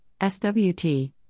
SWT